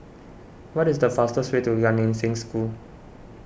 what is the fastest way to Gan Eng Seng School